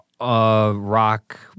rock